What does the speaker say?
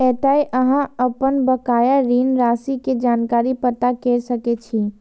एतय अहां अपन बकाया ऋण राशि के जानकारी पता कैर सकै छी